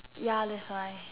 ya that's why